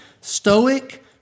stoic